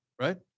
Right